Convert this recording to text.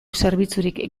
zerbitzurik